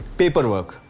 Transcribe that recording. paperwork